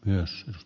myös